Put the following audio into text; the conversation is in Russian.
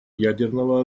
ядерного